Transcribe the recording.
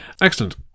Excellent